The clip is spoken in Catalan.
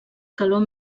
calor